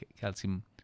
calcium